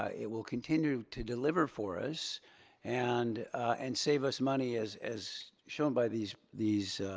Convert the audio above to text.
ah it will continue to deliver for us and and save us money as as shown by these these